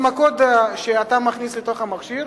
עם הקוד שאתה מכניס לתוך המכשיר,